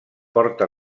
porta